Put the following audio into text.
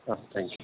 okay thank you